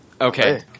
Okay